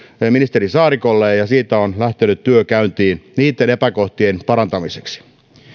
ministeri saarikolle ja ja siitä on lähtenyt käyntiin työ niitten epäkohtien parantamiseksi